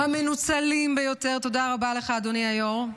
המנוצלים ביותר, תודה רבה לך, אדוני היו"ר.